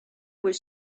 was